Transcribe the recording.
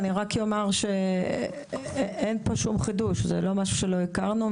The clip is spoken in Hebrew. אני רק אגיד שאין פה שום חידוש; זה לא משהו שלא הכרנו.